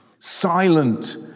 silent